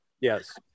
yes